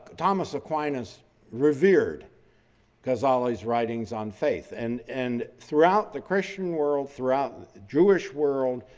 thomas aquinas revered ghazali's writings on faith. and and throughout the christian world, throughout the jewish world,